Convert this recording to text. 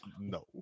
No